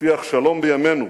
שהבטיחה 'שלום בימינו'